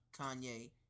Kanye